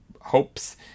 hopes